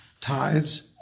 tithes